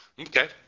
Okay